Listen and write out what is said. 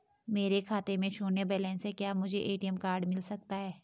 मेरे खाते में शून्य बैलेंस है क्या मुझे ए.टी.एम कार्ड मिल सकता है?